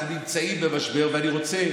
אנחנו נמצאים במשבר, ואני רוצה